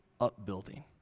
upbuilding